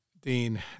Dean